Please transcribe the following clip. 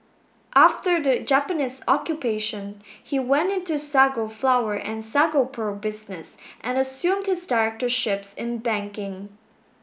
after the Japanese Occupation he went into sago flour and sago pearl business and assumed his directorships in banking